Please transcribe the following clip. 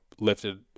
lifted